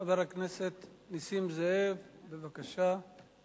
חבר הכנסת נסים זאב, בבקשה.